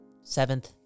Seventh